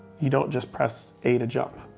you don't just press a to jump.